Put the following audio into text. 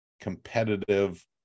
competitive